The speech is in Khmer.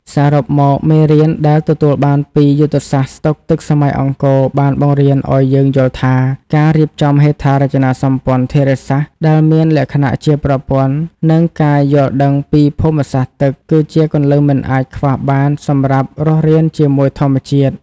សរុបមក មេរៀនដែលទទួលបានពីយុទ្ធសាស្ត្រស្តុកទឹកសម័យអង្គរ បានបង្រៀនឱ្យយើងយល់ថា ការរៀបចំហេដ្ឋារចនាសម្ព័ន្ធធារាសាស្ត្រដែលមានលក្ខណៈជាប្រព័ន្ធ និងការយល់ដឹងពីភូមិសាស្ត្រទឹក គឺជាគន្លឹះមិនអាចខ្វះបានសម្រាប់រស់រានជាមួយធម្មជាតិ។